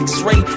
X-ray